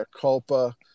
culpa